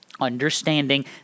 Understanding